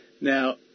Now